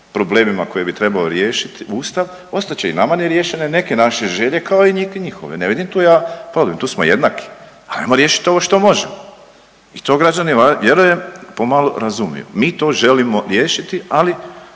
problemima koje bi trebao riješiti Ustav ostat će i nama neriješene neke naše želje kao i neke njihove, ne vidim tu ja problem, tu smo jednaki. Ali ajmo riješit ovo što možemo i to građani vjerujem pomalo razumiju, mi to želimo riješiti, ali